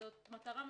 זאת מטרה משותפת.